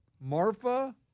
Marfa